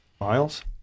Miles